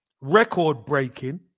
record-breaking